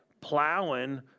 plowing